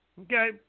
okay